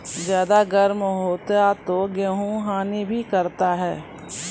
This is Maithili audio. ज्यादा गर्म होते ता गेहूँ हनी भी करता है?